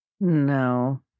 no